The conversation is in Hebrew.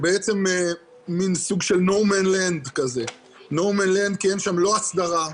מן שטח הפקר כי אין שם הסדרה.